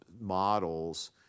models